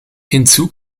hinzu